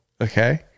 okay